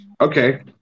Okay